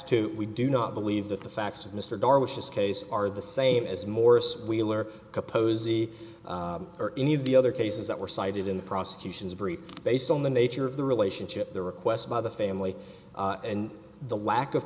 to we do not believe that the facts of mr darwish this case are the same as morris wheeler posey or any of the other cases that were cited in the prosecution's brief based on the nature of the relationship the request by the family and the lack of